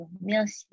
Merci